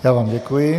Já vám děkuji.